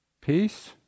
Peace